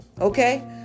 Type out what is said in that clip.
Okay